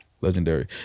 legendary